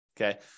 okay